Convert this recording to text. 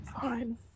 Fine